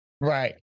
Right